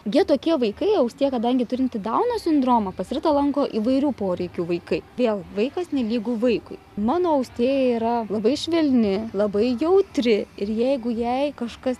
jie tokie vaikai austėja kadangi turinti dauno sindromą pas ritą lanko įvairių poreikių vaikai vėl vaikas nelygu vaikui mano austėja yra labai švelni labai jautri ir jeigu jai kažkas